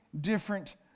different